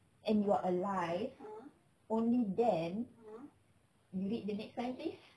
and you are alive only then you read the next line please